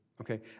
okay